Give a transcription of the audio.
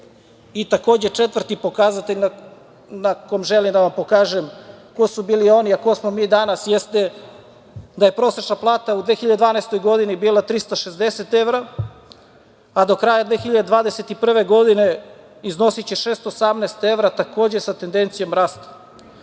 Takođe, četvrti pokazatelj na kom želim da vam pokažem ko su bili oni, a ko smo mi danas jeste da je prosečna plata u 2012. godini bila 360 evra, a do kraja 2021. godine iznosiće 618 evra, takođe sa tendencijom rasta. Samo